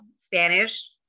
Spanish